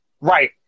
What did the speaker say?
right